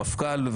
המפכ"ל,